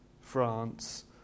France